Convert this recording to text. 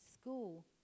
school